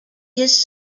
his